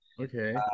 Okay